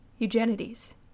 Eugenides